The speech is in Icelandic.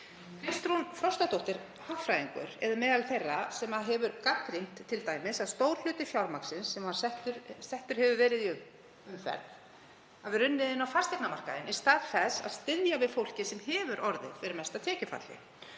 Kristrún Frostadóttir hagfræðingur er meðal þeirra sem hafa gagnrýnt að stór hluti fjármagnsins sem settur hefur verið í umferð hafi runnið inn á fasteignamarkaðinn í stað þess að styðja við fólkið sem hefur orðið fyrir mesta tekjufallinu.